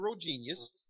genius